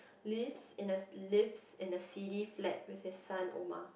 lives in a lives in a seedy flat with his son Omar